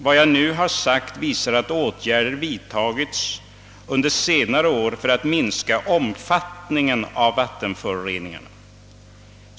Vad jag nu har sagt visar att åtgärder har vidtagits under senare år för att minska omfattningen av vattenföroreningarna.